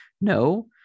no